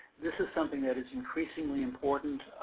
this is something that is increasingly important.